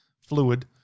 fluid